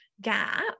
gap